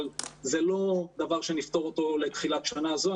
אבל זה לא דבר שנפתור אותו לתחילת שנה זו.